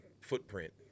footprint